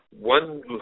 one